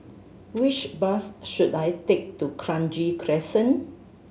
which bus should I take to Kranji Crescent